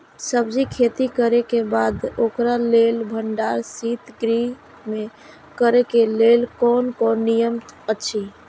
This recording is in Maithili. सब्जीके खेती करे के बाद ओकरा लेल भण्डार शित गृह में करे के लेल कोन कोन नियम अछि?